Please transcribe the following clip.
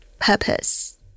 Purpose